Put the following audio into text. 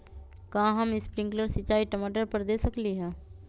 का हम स्प्रिंकल सिंचाई टमाटर पर दे सकली ह?